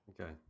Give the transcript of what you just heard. Okay